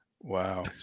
Wow